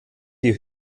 die